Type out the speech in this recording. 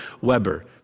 Weber